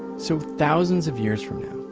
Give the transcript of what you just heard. so thousands of years from now,